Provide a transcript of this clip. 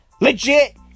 Legit